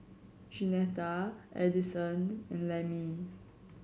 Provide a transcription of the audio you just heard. Jeanetta Addison and Lemmie